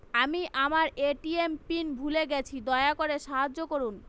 আমি আমার ATM pin ভুলে গেছি, দয়া করে সাহায্য করুন